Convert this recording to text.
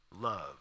love